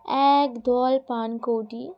এক দল পানকৌড়ি